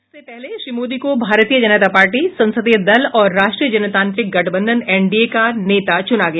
इससे पहले श्री मोदी को भारतीय जनता पार्टी संसदीय दल और राष्ट्रीय जनतांत्रिक गठबंधन एन डी ए का नेता चुना गया